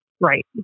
right